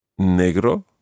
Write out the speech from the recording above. Negro